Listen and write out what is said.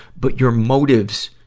but your motives,